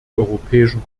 europäischen